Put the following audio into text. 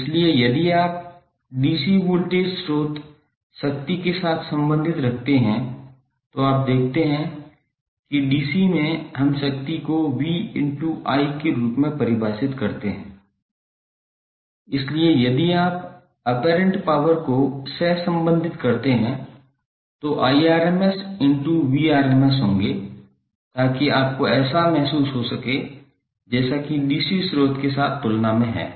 इसलिए यदि आप डीसी वोल्टेज स्रोत शक्ति के साथ सम्बंधित करते हैं तो आप देखते हैं कि डीसी में हम शक्ति को v into i के रूप में परिभाषित करते हैं इसलिए यदि आप ऑपेरेंट पावर को सहसंबंधित करते हैं तो Irms into Vrms होंगे ताकि आपको ऐसा महसूस हो सके जैसे कि डीसी स्रोत के साथ तुलना में हैं